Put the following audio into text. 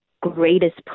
greatest